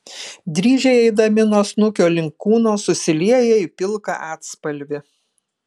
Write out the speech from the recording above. dryžiai eidami nuo snukio link kūno susilieja į pilką atspalvį